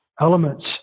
elements